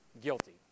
guilty